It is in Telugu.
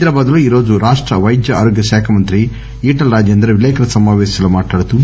హైదరాబాద్ లో ఈరోజు రాష్ట వైద్య ఆరోగ్య శాఖ మంత్రి ఈటల రాజేందర్ విలేకర్ల సమాపేశంలో మాట్లాడుతూ